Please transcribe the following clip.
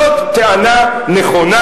זו טענה נכונה,